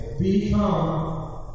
become